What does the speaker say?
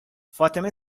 فاطمه